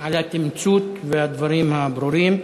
על התמצות ועל הדברים הברורים.